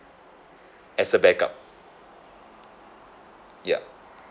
as a back up yup